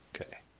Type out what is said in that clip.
Okay